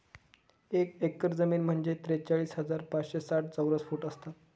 एक एकर जमीन म्हणजे त्रेचाळीस हजार पाचशे साठ चौरस फूट असतात